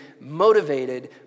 motivated